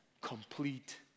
complete